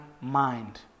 mind